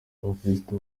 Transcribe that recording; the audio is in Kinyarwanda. abakirisitu